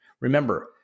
Remember